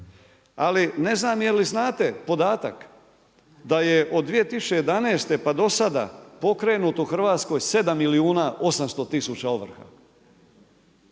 Ali ne znam je li znate podatak da je od 2011. pa do sada pokrenuto u Hrvatskoj 7 milijuna 800000 ovrha.